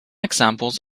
examples